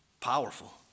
powerful